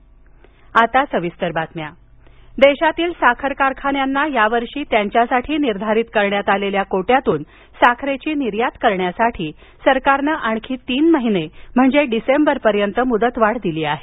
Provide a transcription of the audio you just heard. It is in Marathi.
आता सविस्तर बातम्या साखर मूदतवाढ देशातील साखर कारखान्यांना यावर्षी त्यांच्यासाठी निर्धारित करण्यात आलेल्या कोटयातून साखरेची निर्यात करण्यासाठी सरकारनं आणखी तीन महिने म्हणजे डिसेंबरपर्यंत मुदतवाढ दिली आहे